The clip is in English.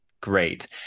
great